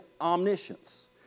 omniscience